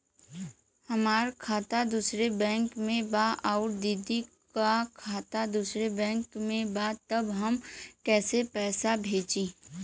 हमार खाता दूसरे बैंक में बा अउर दीदी का खाता दूसरे बैंक में बा तब हम कैसे पैसा भेजी?